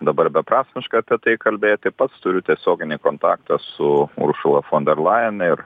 dabar beprasmiška apie tai kalbėti pats turiu tiesioginį kontaktą su uršula fonderlain ir